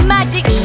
Magic